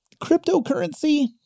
cryptocurrency